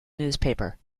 newspaper